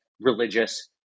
religious